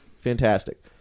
fantastic